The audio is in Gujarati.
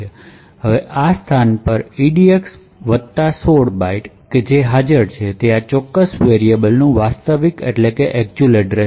હવે આ સ્થાન પર EDX વત્તા 16 બાઇટ્સ જે હાજર છે તે આ ચોક્કસ વેરિયબલનું વાસ્તવિક સરનામું છે